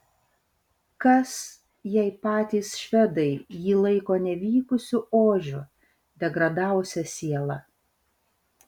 kas jei patys švedai jį laiko nevykusiu ožiu degradavusia siela